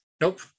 Nope